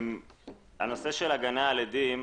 בנושא הגנה על עדים,